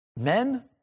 Men